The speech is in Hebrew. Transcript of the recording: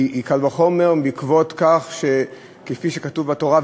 קל וחומר בעקבות זאת שכפי שכתוב בתורה: